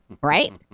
right